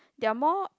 they are more